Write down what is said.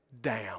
down